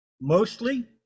mostly